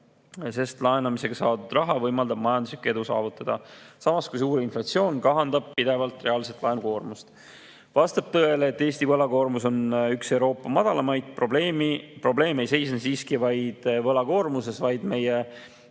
sest laenamisega saadud raha võimaldab majanduslikku edu saavutada, samas kui suur inflatsioon kahandab pidevalt reaalset laenukoormust?" Vastab tõele, et Eesti võlakoormus on üks Euroopa madalamaid. Probleem ei seisne siiski vaid võlakoormuses, vaid meie